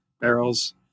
barrels